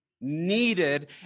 Needed